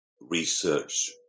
research